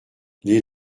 les